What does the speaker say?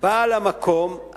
בעל המקום,